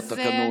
כן, זה התקנון.